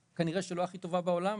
כנראה שלא הכי טובה בעולם,